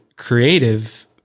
creative